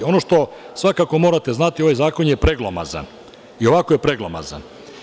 Ono što svakako morate znati, ovaj zakon je preglomazan i ovako je preglomazan.